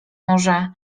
może